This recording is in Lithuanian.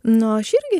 nu aš irgi